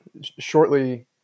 shortly